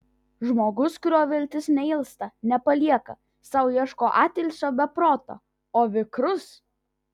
žmogus kurio viltis neilsta nepalieka sau ieško atilsio be proto o vikrus